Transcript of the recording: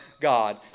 God